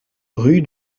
rue